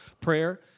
prayer